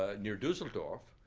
ah near dusseldorf.